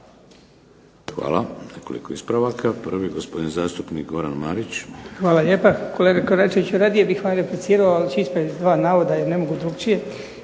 Hvala. Nekoliko ispravaka. Prvi je gospodin zastupnik Goran Marić. **Marić, Goran (HDZ)** Hvala lijepa. Kolega Koračeviću, radije bih vam replicirao ali ću ispraviti dva navoda jer ne mogu drukčije.